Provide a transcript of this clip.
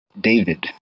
David